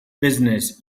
business